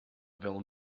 fel